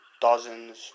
dozens